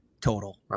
total